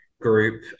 group